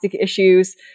issues